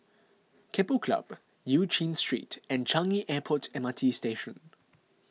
Keppel Club Eu Chin Street and Changi Airport M R T Station